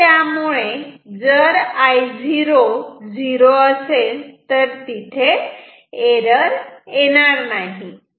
आणि त्यामुळे जर I00 असेल तर तिथे एरर येणार नाही